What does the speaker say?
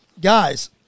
guys